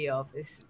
office